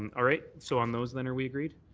and all right. so on those then are we agreed?